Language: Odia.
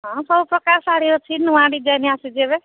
ହଁ ସବୁ ପ୍ରକାର ଶାଢ଼ୀ ଅଛି ନୂଆ ଡିଜାଇନ୍ ଆସୁଛି ଏବେ